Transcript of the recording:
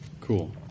Cool